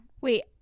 Wait